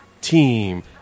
team